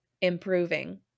improving